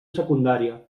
secundària